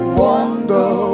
wonder